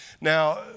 Now